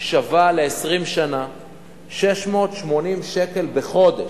שווה ל-20 שנה 680 שקל בחודש.